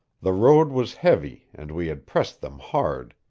the road was heavy, and we had pressed them hard.